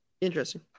Interesting